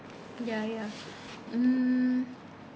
ya ya mm